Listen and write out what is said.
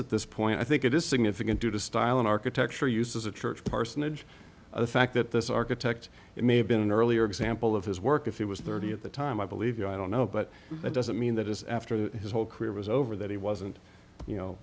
at this point i think it is significant to the style of architecture or used as a church parsonage the fact that this architect it may have been an earlier example of his work if he was thirty at the time i believe you i don't know but that doesn't mean that is after his whole career was over that he wasn't you know